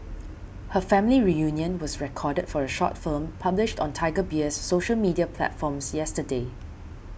her family reunion was recorded for a short film published on Tiger Beer's social media platforms yesterday